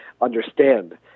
understand